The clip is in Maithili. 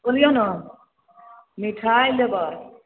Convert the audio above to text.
बोलियौ ने मिठाइ लेबै